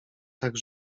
tak